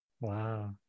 Wow